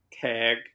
Tag